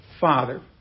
father